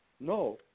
no